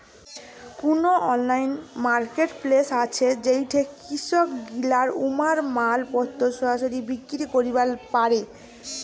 কুনো online marketplace আছে যেইঠে কৃষকগিলা উমার মালপত্তর সরাসরি বিক্রি করিবার পারে?